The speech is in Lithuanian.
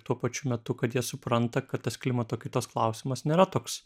tuo pačiu metu kad jie supranta kad tas klimato kaitos klausimas nėra toks